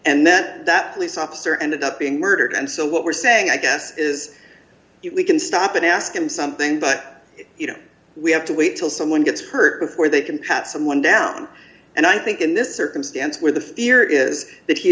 and then that police officer ended up being murdered and so what we're saying i guess is if we can stop and ask him something but you know we have to wait till someone gets hurt before they can pat someone down and i think in this circumstance where the ear is that he